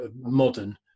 modern